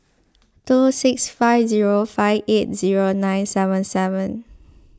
two six five zero five eight zero nine seven seven